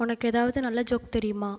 உனக்கு ஏதாவது நல்ல ஜோக் தெரியுமா